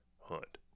hunt